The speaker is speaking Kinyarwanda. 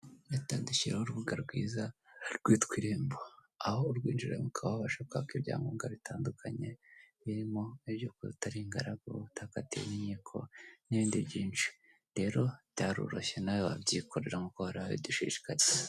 Leta dushyiriyeho urubuga rwiza rwitwa irembo aho urwinjira mu kababasha kwaka ibyangombwa bitandukanye birimo ibyo kuta ari ingaragu ubutaka inkiko n'ibindi byinshi rero byaroroshye nawe wabyikorera nkukohoradushishikaye.